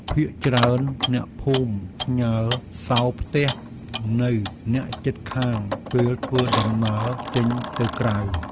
ភាគច្រើនអ្នកភូមិផ្ញើរសោផ្ទះនៅអ្នកជិតខាងពេលធ្វើដំណើរចេញទៅក្រៅ។